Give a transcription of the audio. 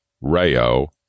Rayo